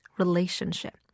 relationship